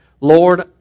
Lord